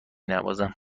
نوازم